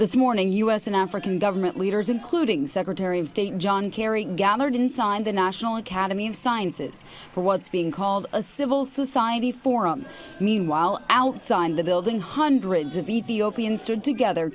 this morning u s and african government leaders including secretary of state john kerry gathered inside the national academy of sciences for what's being called a civil society forum meanwhile outside the building hundreds of ethiopians stood together